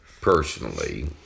Personally